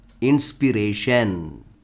Inspiration